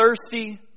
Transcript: thirsty